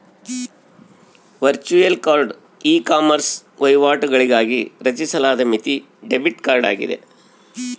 virtual card ecommerce ವಹಿವಾಟುಗಳಿಗಾಗಿ ರಚಿಸಲಾದ ಮಿತಿ ಡೆಬಿಟ್ ಕಾರ್ಡ್ ಆಗಿದೆ